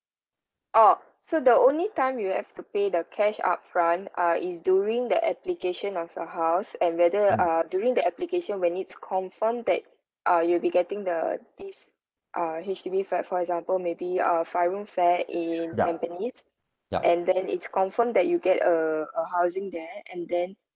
oh so the only time you have to pay the cash upfront uh is during the application of your house and whether uh during the application when it's confirmed that uh you'll be getting the this uh H_D_B flat for example maybe uh five room flat in tampines and then it's confirmed that you get uh a housing there and then